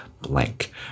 blank